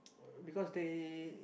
because they